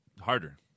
harder